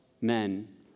men